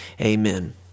Amen